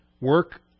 Work